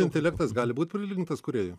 intelektas gali būt prilygintas kūrėjui